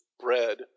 bread